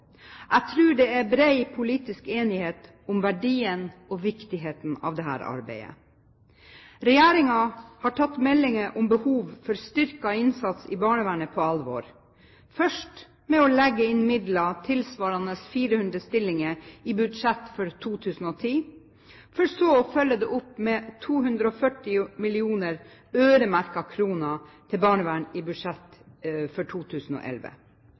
Jeg tror det er bred politisk enighet om verdien og viktigheten av dette arbeidet. Regjeringen har tatt meldinger om behov for styrket innsats i barnevernet på alvor – først ved å legge inn midler tilsvarende 400 stillinger i budsjettet for 2010, for så å følge det opp med 240 mill. kr, øremerket barnevernet, i budsjettet for 2011.